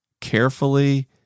carefully